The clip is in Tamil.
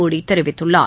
மோடி தெரிவித்துள்ளார்